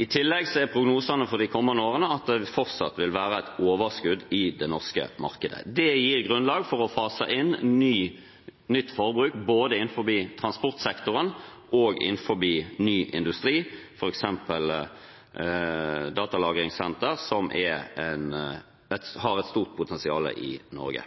I tillegg er prognosene for de kommende årene at det fortsatt vil være et overskudd i det norske markedet. Det gir grunnlag for å fase inn nytt forbruk både innenfor transportsektoren og innenfor ny industri, f.eks. datalagringssenter, som har et stort potensial i Norge.